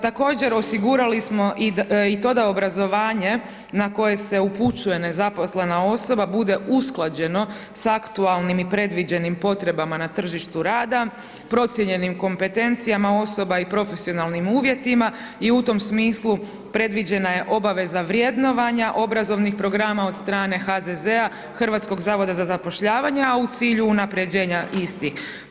Također osigurali smo i to da obrazovanje na koje se upućuje nezaposlena osoba bude usklađeno sa aktualnim i predviđenim potrebama na tržištu rada, procijenjenim kompetencijama osoba i profesionalnim uvjetima i u tom smislu predviđena je obaveza vrednovanja obrazovnih programa od strane HZZ-a, Hrvatskog zavoda za zapošljavanje a u cilju unapređenja istih.